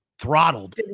throttled